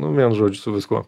nu vienu žodžiu su viskuo